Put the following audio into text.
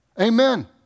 Amen